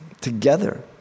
together